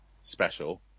special